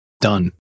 Done